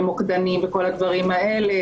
מוקדנים וכל הדברים האלה,